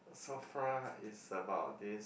Sofra is about this